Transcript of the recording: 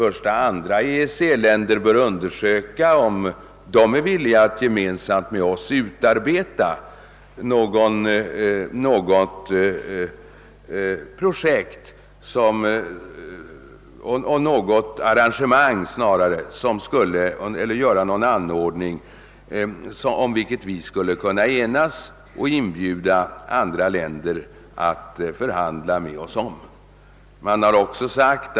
Vi anser att de andra EEC-länderna bör undersöka om de är villiga att medverka till att utarbeta någon form av arrangemang, om vilket de alla skulle kunna enas, varefter andra länder skulle inbjudas att förhandla om detta.